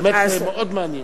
באמת, מאוד מעניין.